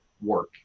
work